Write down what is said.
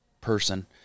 person